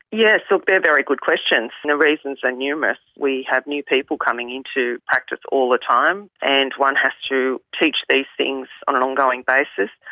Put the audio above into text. yeah so they are very good questions, and the reasons are numerous. we have new people coming into practice all the time, and one has to teach these things on an ongoing basis.